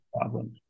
problem